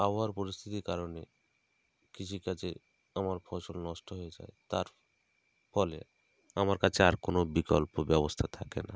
আবহাওয়ার পরিস্থিতির কারণে কৃষিকাজে আমার ফসল নষ্ট হয়ে যায় তার ফলে আমার কাছে আর কোনো বিকল্প ব্যবস্থা থাকে না